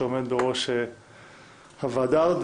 שעומד בראש הוועדה הזאת.